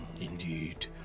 indeed